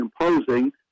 imposing